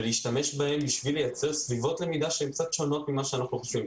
ולהשתמש בהם בשביל לייצר סביבות למידה שהן קצת שונות ממה שאנחנו חושבים.